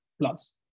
plus